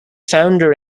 founder